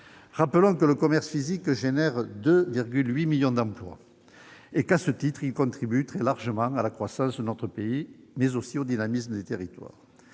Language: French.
Rappelons que le commerce physique représente 2,8 millions d'emplois ; à ce titre, il contribue très largement à la croissance de notre pays et au dynamisme de ses territoires.